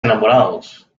enamorados